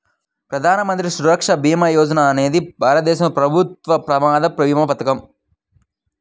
ప్రధాన మంత్రి సురక్ష భీమా యోజన అనేది భారతదేశంలో ప్రభుత్వ ప్రమాద భీమా పథకం